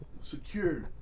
secure